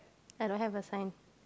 I don't have a sign